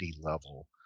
level